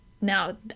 now